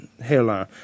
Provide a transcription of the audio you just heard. hairline